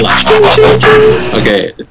okay